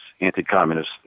anti-communist